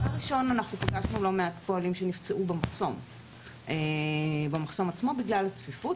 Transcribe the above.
יש גם כאלה שנפצעים במחסום עצמו בגלל הצפיפות.